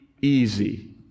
easy